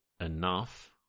enough